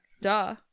Duh